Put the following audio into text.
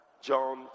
john